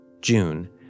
June